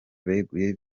beguye